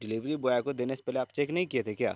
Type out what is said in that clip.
delivery boy کو دینے سے پہلے آپ چیک نہیں کیے تھے کیا